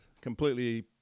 completely